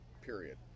period